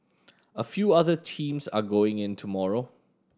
a few other teams are going in tomorrow